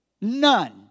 None